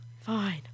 Fine